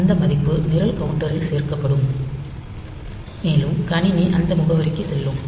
அந்த மதிப்பு நிரல் கவுண்டரில் சேர்க்கப்படும் மேலும் கணினி அந்த முகவரிக்கு செல்லும்